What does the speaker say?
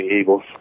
Eagles